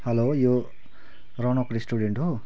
hello यो Raunak restaurant हो